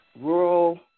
rural